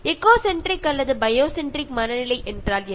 echo centric அல்லது biocentric மனநிலை என்றால் என்ன